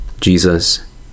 Jesus